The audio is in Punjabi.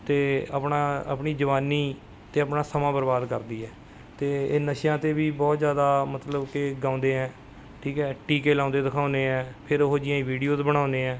ਅਤੇ ਆਪਣਾ ਆਪਣੀ ਜਵਾਨੀ ਅਤੇ ਆਪਣਾ ਸਮਾਂ ਬਰਬਾਦ ਕਰਦੀ ਹੈ ਅਤੇ ਇਹ ਨਸ਼ਿਆਂ 'ਤੇ ਵੀ ਬਹੁਤ ਜ਼ਿਆਦਾ ਮਤਲਬ ਕਿ ਗਾਉਂਦੇ ਹੈ ਠੀਕ ਹੈ ਟੀਕੇ ਲਾਉਂਦੇ ਦਿਖਾਉਂਦੇ ਹੈ ਫਿਰ ਉਹ ਜਿਹੀਆਂ ਹੀ ਵੀਡੀਓਜ਼ ਬਣਾਉਂਦੇ ਆ